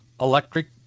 electric